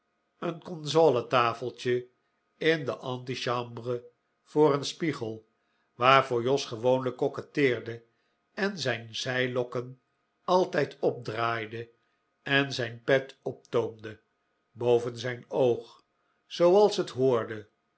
een consoletafeltje in de anti chambre voor een spiegel waarvoor jos gewoonlijk coquetteerde en zijn zijlokken altijd opdraaide en zijn pet optoomde boven zijn oog zooals het hoorde